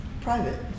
private